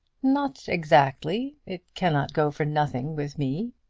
not exactly. it cannot go for nothing with me.